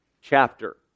chapter